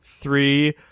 three